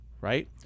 Right